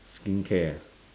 skincare ah